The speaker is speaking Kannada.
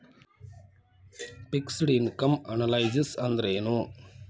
ಫಿಕ್ಸ್ಡ್ ಇನಕಮ್ ಅನಲೈಸಿಸ್ ಅಂದ್ರೆನು?